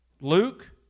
Luke